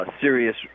serious